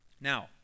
Now